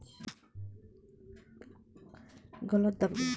निवेस के सम्हारल कउनो छोट बात नाही हौ